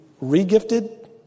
re-gifted